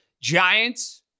Giants